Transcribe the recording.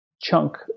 chunk